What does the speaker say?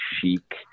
Chic